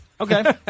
Okay